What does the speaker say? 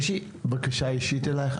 יש לי בקשה אישית אליך,